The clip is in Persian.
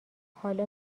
حالا